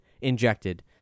injected